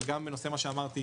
אבל גם במה שאמרתי,